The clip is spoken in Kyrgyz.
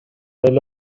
эле